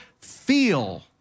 feel